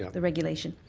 yeah the regulation.